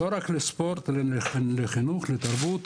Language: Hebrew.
לא רק לספורט, לחינוך, לתרבות,